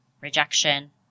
rejection